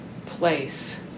place